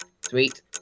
Sweet